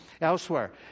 elsewhere